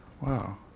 wow